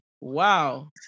Wow